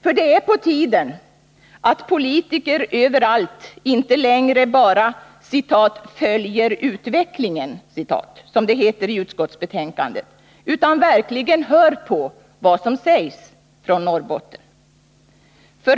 För det är på tiden att politiker överallt inte längre bara ”följer utvecklingen”, som det heter i utskottsbetänkandet, utan verkligen hör på vad som sägs från Norrbotten.